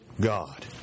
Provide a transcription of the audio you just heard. God